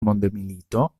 mondmilito